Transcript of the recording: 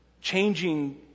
changing